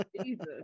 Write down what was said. Jesus